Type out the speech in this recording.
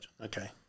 Okay